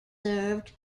served